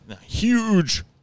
huge